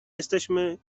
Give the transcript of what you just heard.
jesteśmy